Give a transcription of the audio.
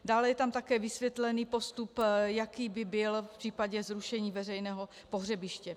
Dále je tam také vysvětlený postup, jaký by byl v případě zrušení veřejného pohřebiště.